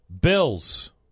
Bills